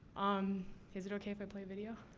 um is it okay if i play a video?